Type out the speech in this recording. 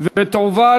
התשע"ד 2013,